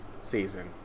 season